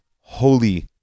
holy